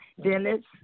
Dennis